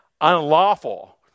unlawful